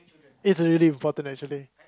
it's really important actually